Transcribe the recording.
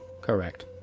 Correct